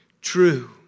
true